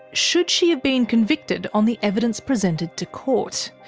should she have been convicted on the evidence presented to court?